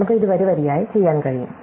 നമുക്ക് ഇത് വരിവരിയായി ചെയ്യാൻ കഴിയും